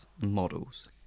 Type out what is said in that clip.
models